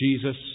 Jesus